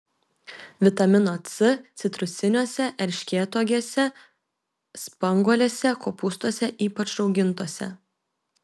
vitamino c citrusiniuose erškėtuogėse spanguolėse kopūstuose ypač raugintuose